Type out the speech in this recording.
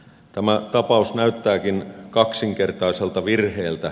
tämä tapaus näyttääkin kaksinkertaiselta virheeltä